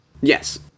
Yes